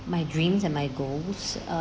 my dreams and my goals